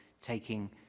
taking